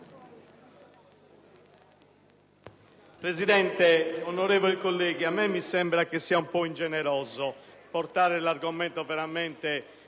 Presidente, onorevoli colleghi, mi sembra che sia un po' ingeneroso portare l'argomento a questo